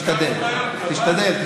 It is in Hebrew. תשתדל, תשתדל.